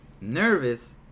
Nervous